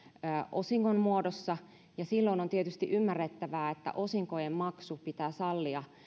osingon muodossa ja silloin on tietysti ymmärrettävää että osinkojen maksu pitää sallia